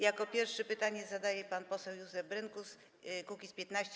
Jako pierwszy pytanie zadaje pan poseł Józef Brynkus, Kukiz’15.